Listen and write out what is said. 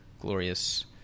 glorious